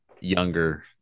younger